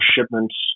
shipments